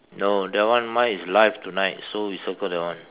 no that one mine is live tonight so you circle that one